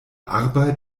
arbeit